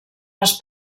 les